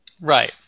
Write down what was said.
Right